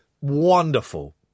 Wonderful